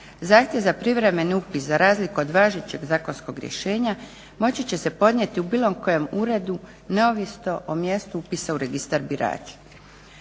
Zahtjev za privremeni upis za razliku od važećeg zakonskog rješenja moći će se podnijeti u bilo kojem uredu neovisno o mjestu upis u registar birača.